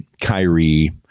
Kyrie